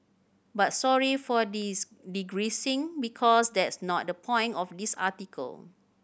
but sorry for dis digressing because that's not the point of this article